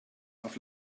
auf